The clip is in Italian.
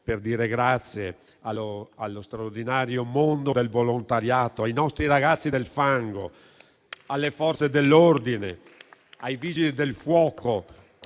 per dire grazie allo straordinario mondo del volontariato, ai nostri ragazzi del fango, alle Forze dell'ordine, ai Vigili del fuoco